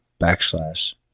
backslash